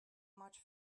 much